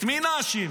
את מי נאשים?